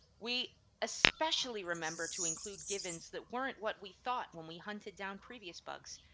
we especially remember to include givens that weren't what we thought when we hunted down previous bugs.